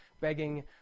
begging